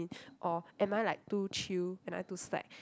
or am I like too chill am I too slack